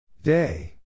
day